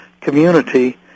community